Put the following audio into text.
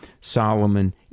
Solomon